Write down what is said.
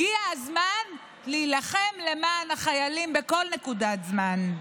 הגיע הזמן להילחם למען החיילים בכל נקודת זמן.